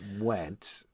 went